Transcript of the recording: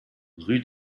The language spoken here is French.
rue